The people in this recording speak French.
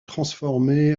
transformé